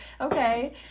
Okay